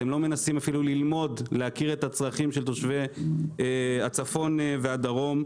אתם לא מנסים אפילו ללמוד להכיר את הצרכים של תושבי הצפון והדרום.